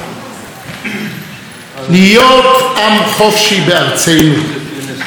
"להיות עם חופשי בארצנו", עם חופשי ויוצר,